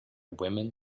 women